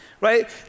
right